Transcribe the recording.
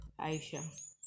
Aisha